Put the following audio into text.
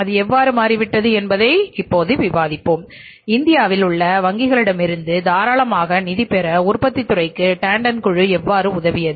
அது எவ்வாறு மாறிவிட்டது என்பதை இப்போது விவாதிப்போம் இந்தியாவில் உள்ள வங்கிகளிடமிருந்து தாராளமாக நிதி பெற உற்பத்தித் துறைக்கு டேண்டன் குழு எவ்வாறு உதவியது